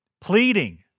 pleading